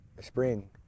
spring